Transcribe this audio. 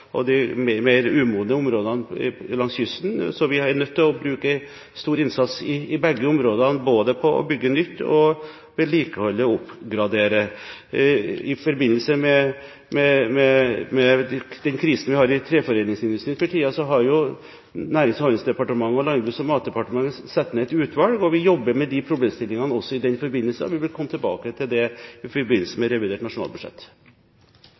de mer umodne områdene langs kysten, så vi er nødt til å gjøre stor innsats i begge områder, både å bygge nytt og å vedlikeholde/oppgradere. I forbindelse med den krisen vi har i treforedlingsindustrien for tiden, har Nærings- og handelsdepartementet og Landbruks- og matdepartementet satt ned et utvalg, og vi jobber med de problemstillingene også i den forbindelse. Vi vil komme tilbake til dette i forbindelse med revidert nasjonalbudsjett.